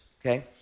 okay